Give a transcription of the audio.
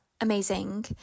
amazing